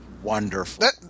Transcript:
wonderful